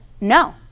no